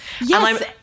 yes